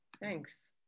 thanks